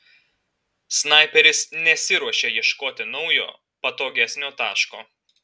snaiperis nesiruošė ieškoti naujo patogesnio taško